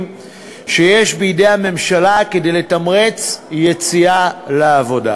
שיש בידי הממשלה לתמרץ יציאה לעבודה.